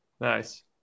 Nice